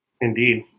Indeed